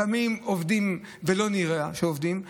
לפעמים עובדים ולא נראה שעובדים.